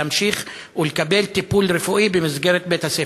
להמשיך ולקבל טיפול רפואי במסגרת בית-הספר.